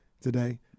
today